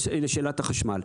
לשאלת החשמל.